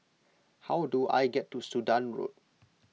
how do I get to Sudan Road